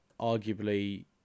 arguably